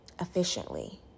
efficiently